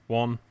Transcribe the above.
one